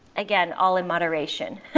again, all in moderation.